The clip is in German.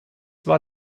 war